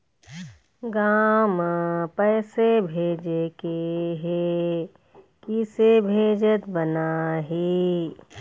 गांव म पैसे भेजेके हे, किसे भेजत बनाहि?